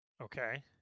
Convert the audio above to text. Okay